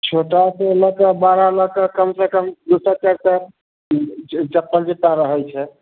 छोटा से लय कऽ बाड़ा लऽ कऽ कम से कम दू सए चारि सए चप्पल जुत्ता रहै छै